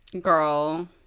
Girl